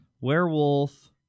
Werewolf